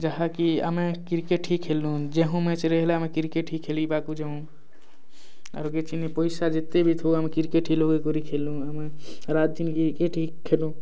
ଯାହାକି ଆମେ କ୍ରିକେଟ୍ ହିଁ ଖେଲୁଁ ଯେଉଁ ମ୍ୟାଚ୍ ରେ ହେଲେ ଆମେ କ୍ରିକେଟ୍ ହିଁ ଖେଲିବାକୁ ଯାଉ ଆରୁ କିଛି ନି ପଇସା ଯେତେ ବି ଥାଉ ଆମେ କ୍ରିକେଟ୍ ହିଁ ଲଗେଇକରି ଖେଲୁଁ ଆମେ ରାତି ଦିନ୍ କ୍ରିକେଟ୍ ହିଁ ଖେଲୁଁ